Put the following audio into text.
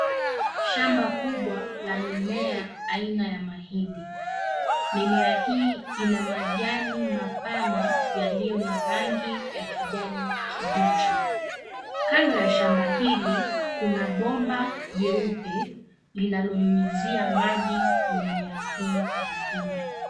Shamba kubwa la mimea aina ya mahindi. Mimea hii ina majani mapana yaliyo na rangi ya kijani kibichi. Kando ya shamba hili kuna bomba jeupe linalonyunyizia maji nimea hii ya mahindi.